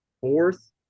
fourth